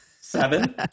Seven